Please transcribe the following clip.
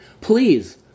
Please